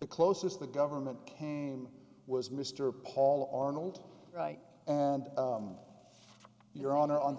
the closest the government came was mr paul arnold right and your honor on